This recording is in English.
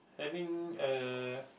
having uh